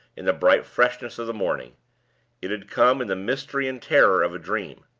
in the bright freshness of the morning it had come, in the mystery and terror of a dream.